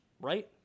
right